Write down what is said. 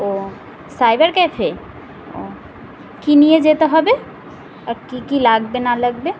ও cyber cafe ও কী নিয়ে যেতে হবে আর কী কী লাগবে না লাগবে